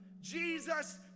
Jesus